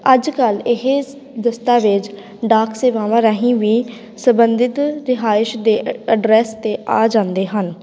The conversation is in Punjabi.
ਅੱਜ ਕੱਲ੍ਹ ਇਹ ਦਸਤਾਵੇਜ਼ ਡਾਕ ਸੇਵਾਵਾਂ ਰਾਹੀਂ ਵੀ ਸੰਬੰਧਿਤ ਰਿਹਾਇਸ਼ ਦੇ ਅ ਐਡਰੈਸ 'ਤੇ ਆ ਜਾਂਦੇ ਹਨ